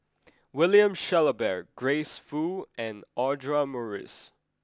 William Shellabear Grace Fu and Audra Morrice